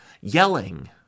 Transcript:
yelling